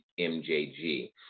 MJG